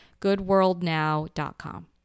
goodworldnow.com